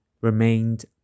remained